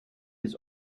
his